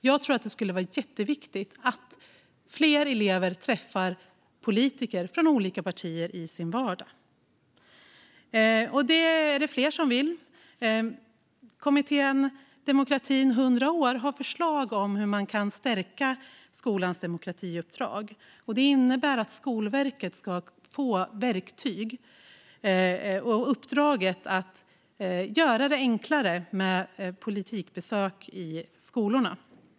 Jag tror att det är jätteviktigt att fler elever träffar politiker från olika partier i sin vardag. Detta är det fler som tycker. Kommittén Demokratin 100 år har förslag om hur man kan stärka skolans demokratiuppdrag, och det innebär att Skolverket ska få i uppdrag att göra det enklare med politikerbesök i skolorna.